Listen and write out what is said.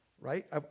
Right